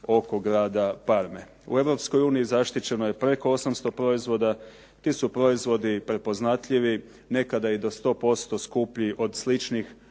oko grada Parme. U Europskoj uniji zaštićeno je preko 800 proizvoda. Ti su proizvodi prepoznatljivi, nekada i do 100% skuplji od sličnih,